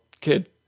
kid